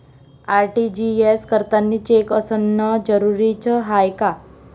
RTGS करतांनी cheque असनं जरुरीच हाय का?